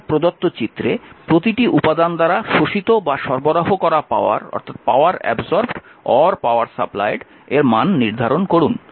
সুতরাং প্রদত্ত চিত্রে প্রতিটি উপাদান দ্বারা শোষিত বা সরবরাহ করা পাওয়ারের মান নির্ধারণ করুন